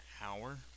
hour